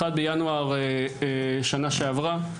פעם אחת בינואר שנה שעברה,